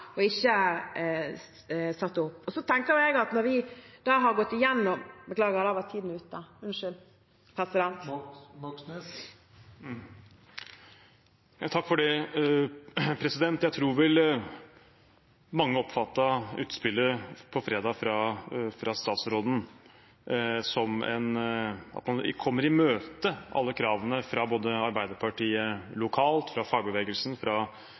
og ikke satt opp. Så tenker jeg at når vi har gått igjennom ... Beklager, der var tiden ute. Jeg tror vel mange oppfattet utspillet på fredag fra statsråden som at en kommer i møte alle kravene både fra Arbeiderpartiet lokalt, fra fagbevegelsen og fra